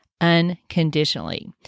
unconditionally